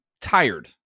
tired